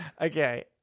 Okay